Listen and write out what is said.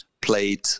played